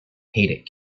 hated